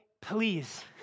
Please